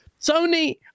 Sony